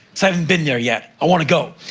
i haven't been there yet, i wanna go!